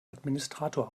administrator